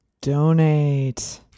donate